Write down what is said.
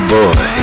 boy